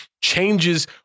changes